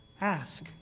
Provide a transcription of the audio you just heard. Ask